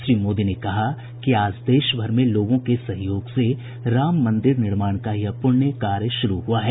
श्री मोदी ने कहा कि आज देशभर के लोगों के सहयोग से राम मन्दिर निर्माण का यह पुण्य कार्य शुरू हुआ है